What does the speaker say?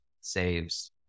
Saves